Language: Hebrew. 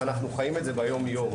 ואנחנו חיים את זה ביום-יום.